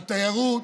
התיירות,